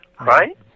Right